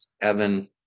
Evan